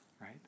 right